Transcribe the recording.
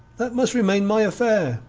that must remain my affair,